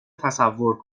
تصور